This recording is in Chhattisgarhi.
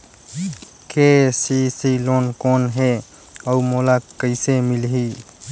के.सी.सी लोन कौन हे अउ मोला कइसे मिलही?